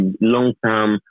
long-term